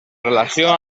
relació